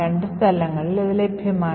രണ്ടും ഈ സ്ഥലങ്ങളിൽ ലഭ്യമാണ്